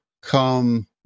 come